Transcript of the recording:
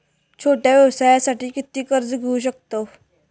छोट्या व्यवसायासाठी किती कर्ज घेऊ शकतव?